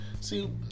See